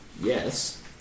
Yes